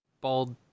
bald